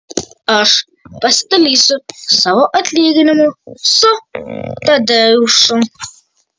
aš pasidalysiu savo atlyginimu su tadeušu